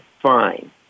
fine